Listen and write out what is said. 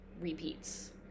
repeats